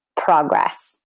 progress